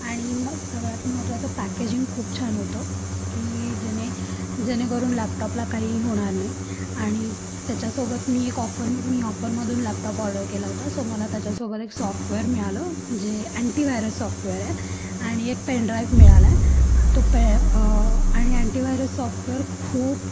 आणि मग सगळ्यात महत्वाचं पॅकेजिंग खूप छान होतं की जेणे जेणेकरून लॅपटॉपला काही होणार नाही आणि त्याच्यासोबत मी एक ऑफर मी ऑफरमधून लॅपटॉप ऑर्डर केला होता सो मला त्याच्यासोबत एक सॉफ्टवेअर मिळालं जे अँटीवायरस सॉफ्टवेअर आहे आणि एक पेनड्राईव्ह मिळाला आहे तो पे आणि अँटीवायरस सॉफ्टवेअर खूप